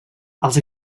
els